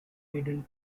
maiden